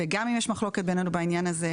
וגם אם יש מחלוקת בינינו בעניין הזה,